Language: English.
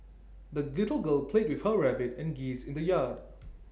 the little girl played with her rabbit and geese in the yard